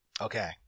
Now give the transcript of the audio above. Okay